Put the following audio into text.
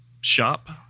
shop